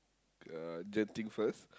uh Genting first